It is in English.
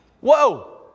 Whoa